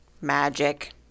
magic